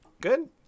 Good